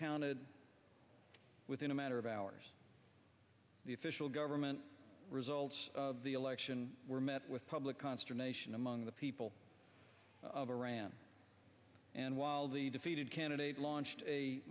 counted within a matter of hours the official government results of the election were met with public consternation among the people of iran and while the defeated candidate launched a